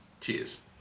Cheers